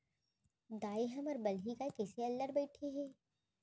दाई, हमर बलही गाय कइसे अल्लर बइठे हे